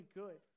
good